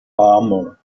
armor